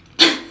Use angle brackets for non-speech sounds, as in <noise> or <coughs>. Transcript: <coughs>